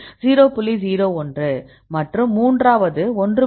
01 மற்றும் மூன்றாவது ஒன்று 1